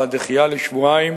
והדחייה לשבועיים